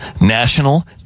national